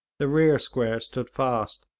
the rear square stood fast,